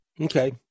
Okay